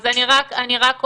אז אני רק אומר,